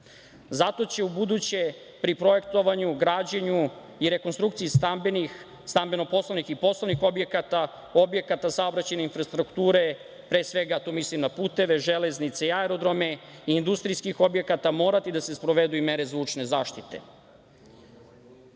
će ubuduće pri projektovanju, građenju i rekonstrukciji stambeno-poslovnih i poslovnih objekata, objekata saobraćajne infrastrukture, pre svega tu mislim na puteve, železnice, aerodrome i industrijskih objekata, morati da se sprovedu i mere zvučne zaštite. Uvodi